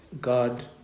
God